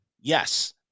yes